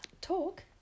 Talk